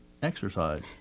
exercise